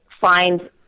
find